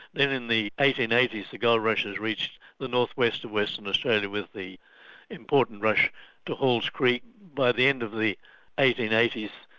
then in the eighteen eighty s the gold rushes reached the north-west of western australia with the important rush to hall's creek. by the end of the eighteen eighty s,